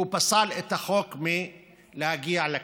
הוא פסל את החוק מלהגיע לכנסת.